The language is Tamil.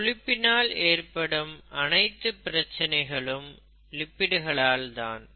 கொழுப்பினால் ஏற்படும் அனைத்து பிரச்சனைகளும் லிபிடுகளால் தான்